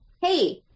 hey